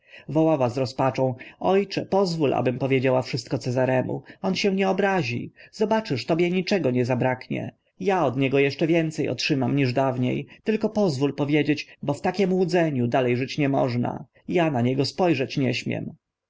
wołała z rozpaczą o cze pozwól abym powiedziała wszystko cezaremu on się nie obrazi zobaczysz tobie niczego nie zbraknie ja od niego eszcze więce otrzymam niż dawnie tylko pozwól powiedzieć bo w takim łudzeniu dale żyć nie można a na niego spo rzeć nie śmiem